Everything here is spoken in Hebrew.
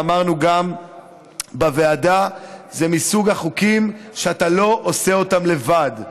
ואמרנו גם בוועדה: זה מסוג החוקים שאתה לא עושה אותם לבד,